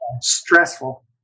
stressful